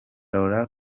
laurent